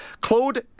Claude